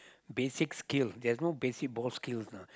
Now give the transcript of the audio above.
basic skill there's no basic ball skills lah